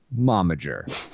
momager